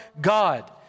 God